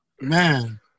Man